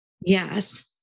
Yes